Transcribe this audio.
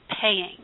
paying